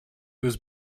was